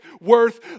worth